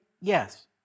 Yes